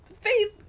faith